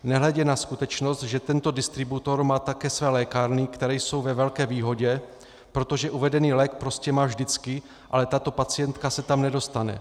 Nehledě na skutečnost, že tento distributor má také své lékárny, které jsou ve velké výhodě, protože uvedený lék prostě má vždycky, ale tato pacientka se tam nedostane.